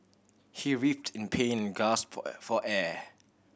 he writhed in pain and gasped for air